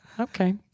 Okay